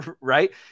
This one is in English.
Right